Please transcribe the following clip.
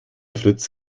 fritz